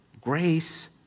grace